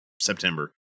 september